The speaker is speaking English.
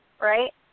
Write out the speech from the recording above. right